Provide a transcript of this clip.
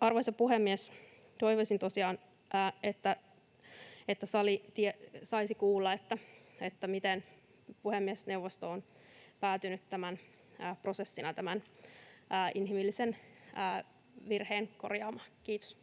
Arvoisa puhemies! Toivoisin tosiaan, että sali saisi kuulla, miten puhemiesneuvosto on päätynyt prosessina tämän inhimillisen virheen korjaamaan. — Kiitos.